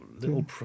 little